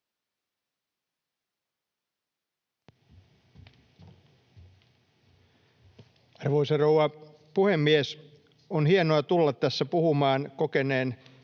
Arvoisa rouva puhemies! On hienoa tulla tässä puhumaan kokeneen